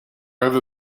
ever